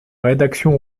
rédaction